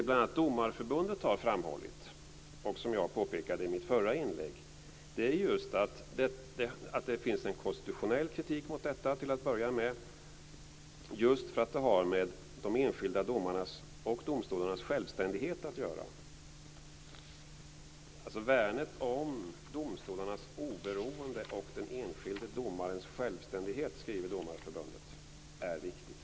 Bl.a. Domareförbundet har, som jag påpekade i mitt förra inlägg, till att börja med framhållit att det finns en konstitutionell kritik mot detta, just därför att det har att göra med de enskilda domarnas och domstolarnas självständighet. Värnet om domstolarnas oberoende och den enskilde domarens självständighet är här av vikt, skriver Domareförbundet.